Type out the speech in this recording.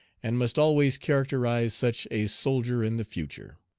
and must always characterize such a soldier in the future.